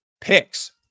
picks